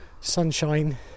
sunshine